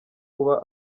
kuba